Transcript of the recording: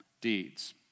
deeds